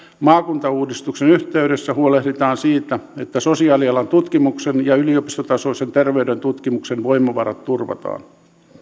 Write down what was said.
maakuntauudistuksen yhteydessä huolehditaan siitä että sosiaalialan tutkimuksen ja yliopistotasoisen terveyden tutkimuksen voimavarat turvataan